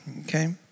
Okay